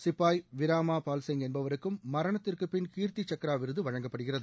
சிப்பாயி விராமா பால் சிங் என்பவருக்கும் மரணத்திற்குபின் கீர்த்தி சக்ரா விருது வழங்கப்படுகிறது